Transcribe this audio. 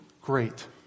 great